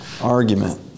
argument